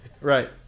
Right